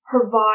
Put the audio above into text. provide